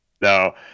no